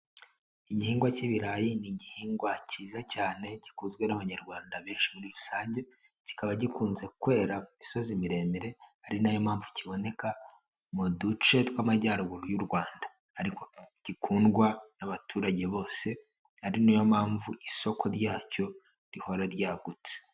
Igihingwa cy'ibirayi ni igihingwa cyiza cyane gikunzwe n'abanyarwanda benshi muri rusange, kikaba gikunze kwera imisozi miremire, ari na yo mpamvu kiboneka mu duce tw'amajyaruguru y'u Rwanda, ariko gikundwa n'abaturage bose ari na yo mpamvu isoko ryacyo rihora ryagutse.